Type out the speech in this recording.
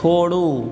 छोड़ू